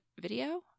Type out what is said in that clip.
video